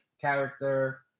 character